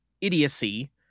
idiocy